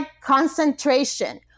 concentration